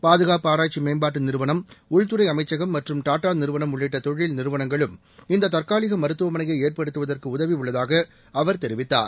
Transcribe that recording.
பாதுகாப்பு ஆராய்ச்சி மேம்பாட்டு நிறுவனம் உள்துறை அமைச்சகம் மற்றும் டாடா நிறுவனம் உள்ளிட்ட தொழில் நிறுவனங்களும் இந்த தற்காலிக மருத்துவமனையை ஏற்படுத்துவதற்கு உதவி உள்ளதாக அவர் தெரிவித்தார்